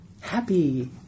happy